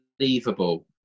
unbelievable